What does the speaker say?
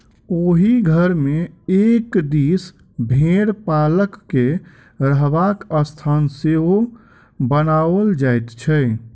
ओहि घर मे एक दिस भेंड़ पालक के रहबाक स्थान सेहो बनाओल जाइत छै